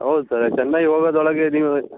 ಹೌದ್ ಸರ್ ಚೆನ್ನೈ ಹೋಗದ್ರ್ ಒಳಗೆ ನೀವು